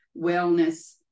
wellness